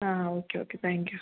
okay okay thank you